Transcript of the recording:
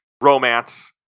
romance